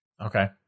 Okay